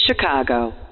Chicago